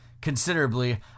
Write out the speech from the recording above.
considerably